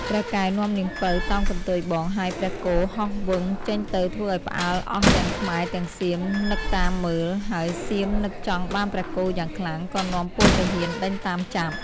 ព្រះកែវនាំនាងពៅតោងកន្ទុយបង ហើយព្រះគោហោះវឹងចេញទៅធ្វើឲ្យផ្អើលអស់ទាំងខ្មែរទាំងសៀមនឹកតាមមើល ហើយសៀមនឹកចង់បានព្រះគោយ៉ាងខ្លាំង ក៏នាំពលទាហានដេញតាមចាប់។